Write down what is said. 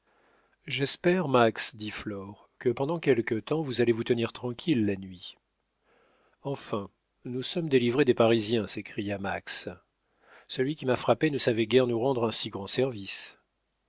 j'espère max dit flore que pendant quelque temps vous allez vous tenir tranquilles la nuit enfin nous sommes délivrés des parisiens s'écria max celui qui m'a frappé ne savait guère nous rendre un si grand service